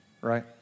right